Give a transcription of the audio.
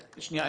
שנייה.